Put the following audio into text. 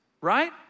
right